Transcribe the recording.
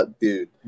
dude